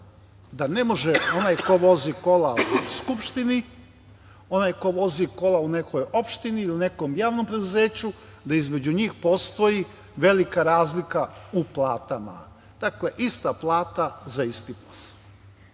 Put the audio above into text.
da ne može onaj ko vozi kola u Skupštini, onaj ko vozi kola u nekoj opštini ili u nekom javnom preduzeću, da između njih postoji velika razlika u platama. Dakle, ista plata za isti posao. Stalno